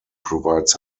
provides